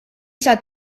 isa